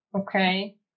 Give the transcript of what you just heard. Okay